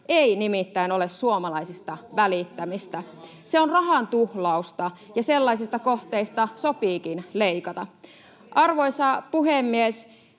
ei nimittäin ole suomalaisista välittämistä. Se on rahan tuhlausta, ja sellaisista kohteista sopiikin leikata. [Antti Kurvisen